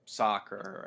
soccer